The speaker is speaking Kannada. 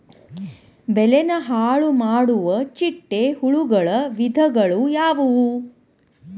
ಬೆಳೆನ ಹಾಳುಮಾಡುವ ಚಿಟ್ಟೆ ಹುಳುಗಳ ವಿಧಗಳು ಯಾವವು?